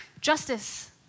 Justice